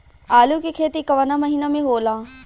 आलू के खेती कवना महीना में होला?